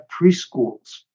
preschools